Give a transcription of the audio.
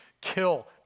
kill